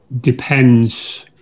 depends